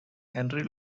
henry